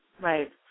right